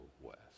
west